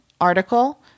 article